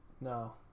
no